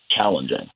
challenging